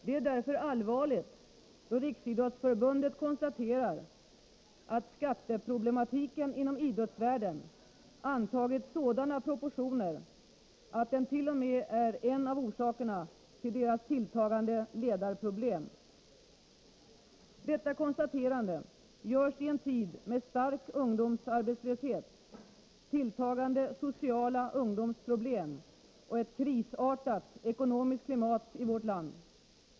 Det är därför allvarligt då Riksidrottsförbundet konstaterar att skatteproblematiken inom idrottsvärlden antagit sådana proportioner att den t.o.m. är en av orsakerna till idrottens tilltagande ledarproblem. Detta konstaterande görs i en tid med stark ungdomsarbetslöshet, tilltagande sociala ungdomsproblem och ett krisartat ekonomiskt klimat i vårt land.